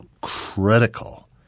critical